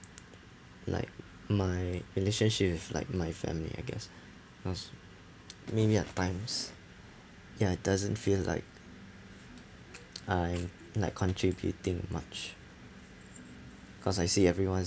like my relationship with like my family I guess because maybe at times ya it doesn't feel like I like contributing much because I see everyone